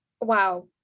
wow